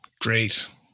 great